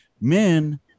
men